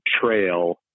trail